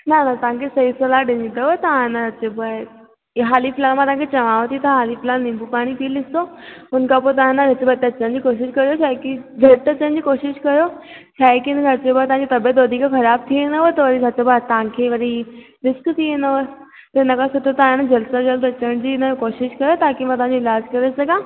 न न तव्हांखे सई सलाहु ॾिनी अथव तव्हां न अचिबो आहे हाली फिलहाल मां तव्हांखे चवाव थी तव्हां हाल फिलहाल नींबू पाणी पी ॾिसजो उन खां पोइ तव्हां न हिकु बार अचनि जी कोशिशि कयो छो आहे की झट अचनि जी कोशिशि कयो छा आहे की इन सां अचनि तव्हांजी तबियतु वधीक ख़राब थी वेंदव त वरी तव्हांखे वरी रिस्क थी वेंदव त इन खां सुठो तव्हां आहे न जल्द सां जल्द अचनि जी हिन जो कोशिशि कयो ताकी मां तव्हांजो इलाज करे सघां